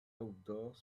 outdoors